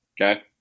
Okay